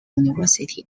university